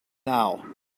now